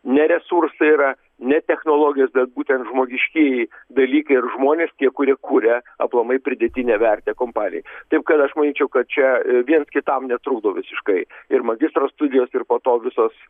ne resursai yra ne technologijos bet būtent žmogiškieji dalykai ir žonės tie kurie kuria aplamai pridėtinę vertę kompanijai taip kad aš manyčiau kad čia viens kitam netrukdo visiškai ir magistro studijos ir po to visos